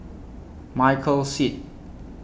Michael Seet